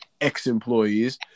ex-employees